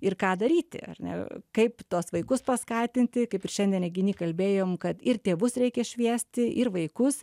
ir ką daryti ar ne kaip tuos vaikus paskatinti kaip ir šiandien renginy kalbėjom kad ir tėvus reikia šviesti ir vaikus